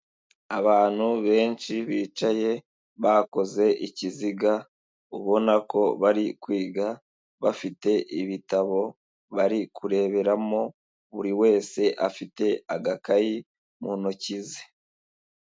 Abantu benshi bicaye bakoze ikiziga, ubona ko bari kwiga, bafite ibitabo, bari kureberamo, buri wese afite agakayi mu ntoki ze.